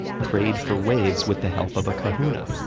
prayed for waves with the help of a kahuna,